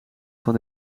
van